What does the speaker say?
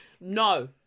no